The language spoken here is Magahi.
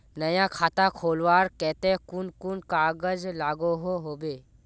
नया खाता खोलवार केते कुन कुन कागज लागोहो होबे?